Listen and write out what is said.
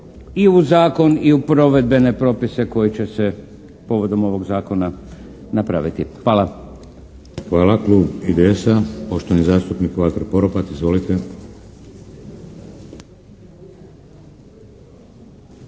i u zakon i u provedbene propise koji će se povodom ovog zakona napraviti. Hvala.